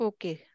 Okay